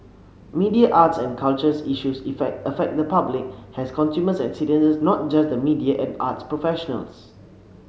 media arts and cultures issues effect affect the public as consumers and citizens not just the media and arts professionals